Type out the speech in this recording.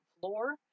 floor